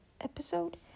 episode